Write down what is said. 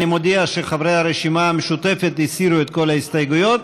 אני מודיע שחברי הרשימה המשותפת הסירו את כל ההסתייגויות.